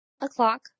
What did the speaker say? o'clock